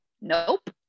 nope